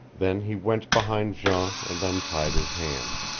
then he went behind jean and untied his hands.